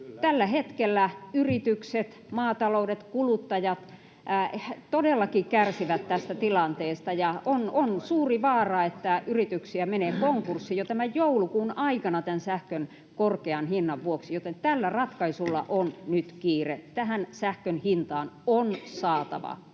Tällä hetkellä yritykset, maatalous ja kuluttajat todellakin kärsivät tästä tilanteesta, ja on suuri vaara, että yrityksiä menee konkurssiin jo tämän joulukuun aikana sähkön korkean hinnan vuoksi, joten tällä ratkaisulla on nyt kiire. Sähkön hintaan on saatava